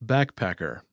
Backpacker